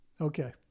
Okay